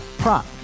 prop